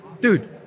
dude